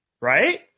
Right